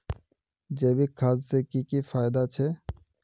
जैविक खाद से की की फायदा छे?